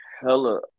hella